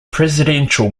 presidential